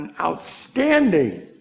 outstanding